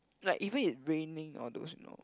like even if raining all those you know